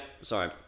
sorry